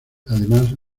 además